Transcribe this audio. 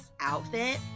outfit